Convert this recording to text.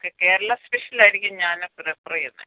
കേരള സ്പെഷ്യലായിരിക്കും ഞാൻ പ്രിഫർ ചെയ്യുന്നത്